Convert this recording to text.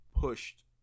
pushed